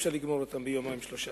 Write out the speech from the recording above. אפשר לגמור אותם ביומיים-שלושה.